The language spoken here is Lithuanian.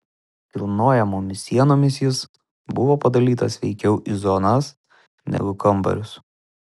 kilnojamomis sienomis jis buvo padalytas veikiau į zonas negu kambarius